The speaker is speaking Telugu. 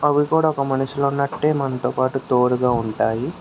అవి కూడా ఒక మనిషి ఉన్నట్టే మనతో పాటు తోడుగా ఉంటాయి